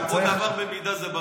צריך לספר להם שכל דבר במידה זה בריא.